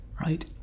right